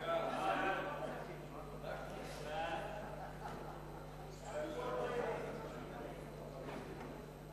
עם גרסה ב' שנתקבלה,